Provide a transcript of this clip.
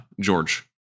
George